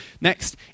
Next